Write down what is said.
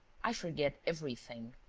i forget everything.